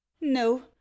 no